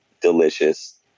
delicious